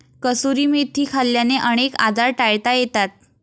कसुरी मेथी खाल्ल्याने अनेक आजार टाळता येतात